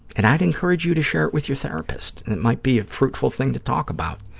and i'd encourage you to share it with your therapist. and it might be a fruitful thing to talk about.